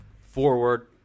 forward